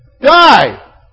die